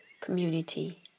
community